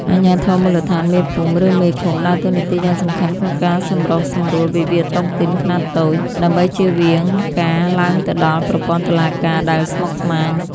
អាជ្ញាធរមូលដ្ឋាន (មេភូមិ ឬមេឃុំ) ដើរតួនាទីយ៉ាងសំខាន់ក្នុងការសម្រុះសម្រួលវិវាទតុងទីនខ្នាតតូច ដើម្បីជៀសវាងការឡើងទៅដល់ប្រព័ន្ធតុលាការដែលស្មុគស្មាញ។